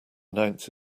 announce